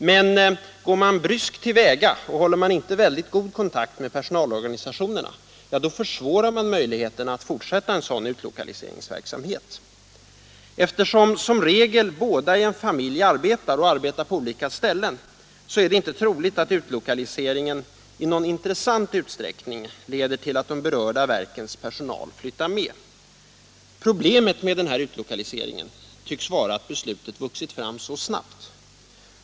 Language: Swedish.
Men går man bryskt till väga, och håller man inte en väldigt god kontakt med personalorganisationerna, försvårar man möjligheterna att fortsätta en sådan utlokaliseringsverksamhet. Eftersom i regel båda i en familj arbetar och gör det på olika ställen är det inte troligt att utlokaliseringen i någon intressant utsträckning leder till att de berörda verkens personal flyttar med. Problemet med denna utlokalisering tycks vara att beslutet har vuxit fram så snabbt.